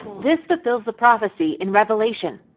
this fulfills the prophecy in revelation,